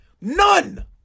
None